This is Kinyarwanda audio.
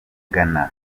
gana